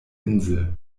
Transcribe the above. insel